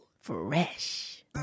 Fresh